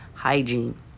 hygiene